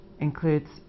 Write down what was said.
includes